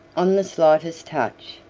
on the slightest touch,